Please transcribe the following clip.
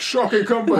šoka į kampą